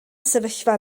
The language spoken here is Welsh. sefyllfa